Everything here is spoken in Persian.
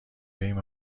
این